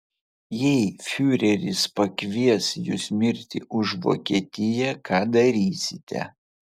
jei fiureris pakvies jus mirti už vokietiją ką darysite